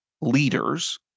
leaders